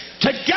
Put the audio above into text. together